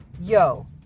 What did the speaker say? Yo